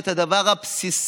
ואין הדבר הבסיסי,